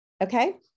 Okay